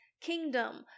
kingdom